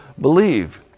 believe